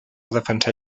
defensar